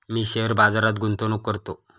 मी share बाजारात गुंतवणूक करतो